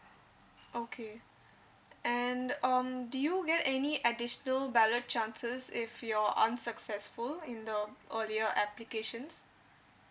okay and um do you get any additional ballot chances if you're unsuccessful in the earlier applications